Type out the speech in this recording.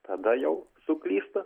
tada jau suklysta